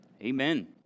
amen